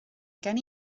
gen